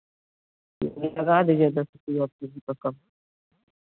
ठीक है लगा दीजिए दस रुपये बीस रुपये कम